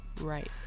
Right